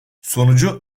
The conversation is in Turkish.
sonucu